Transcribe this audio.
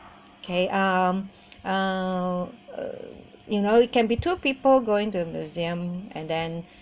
okay um uh you know it can be two people going to museum and then